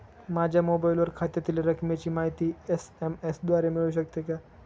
माझ्या मोबाईलवर खात्यातील रकमेची माहिती एस.एम.एस द्वारे मिळू शकते का?